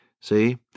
See